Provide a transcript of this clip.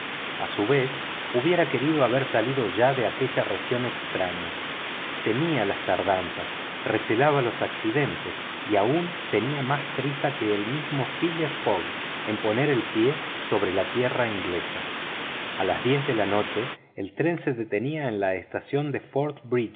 a su vez hubiera querido haber salido ya de aquella región extraña temía las tardanzas recelaba los accidentes y aún tenía más prisa que el mismo phileas fogg en poner el pie sobre la tierra inglesa a las diez de la noche el tren se detenía en la estación de fort